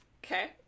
Okay